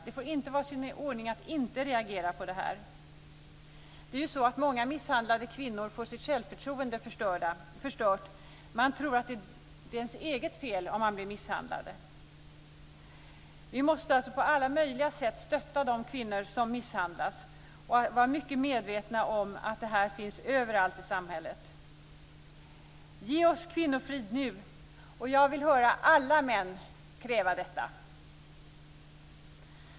Det får inte vara i sin ordning att inte reagera på sådant här. Många misshandlade kvinnor får sitt självförtroende förstört. Man tror att det är ens eget fel om man blir misshandlad. Vi måste alltså på alla möjliga sätt stötta de kvinnor som misshandlas och vara mycket medvetna om att det här finns överallt i samhället. Ge oss kvinnofrid nu! Jag vill höra alla män kräva detta.